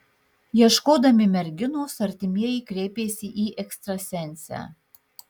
ieškodami merginos artimieji kreipėsi į ekstrasensę